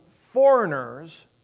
foreigners